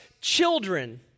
children